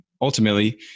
ultimately